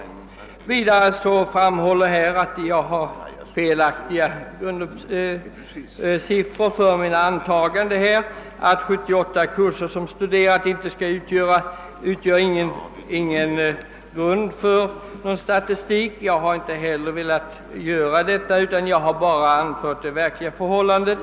Vidare framhölls det att jag hade ett felaktigt sifferunderlag för mina antaganden och att de 78 kurser jag studerat inte skulle utgöra någon grund för en statistik. Jag har inte heller velat åberopa någon sådan utan jag har bara redogjort för det verkliga förhållandet.